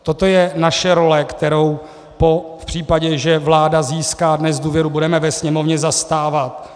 Toto je naše role, kterou v případě, že vláda získá dnes důvěru, budeme ve Sněmovně zastávat.